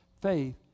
Faith